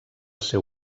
seu